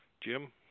Jim